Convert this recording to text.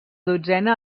dotzena